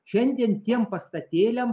šiandien tiem pastatėliam